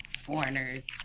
foreigners